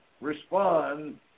respond